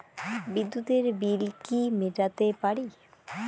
বিদ্যুতের বিল কি মেটাতে পারি?